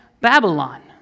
Babylon